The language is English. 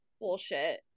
bullshit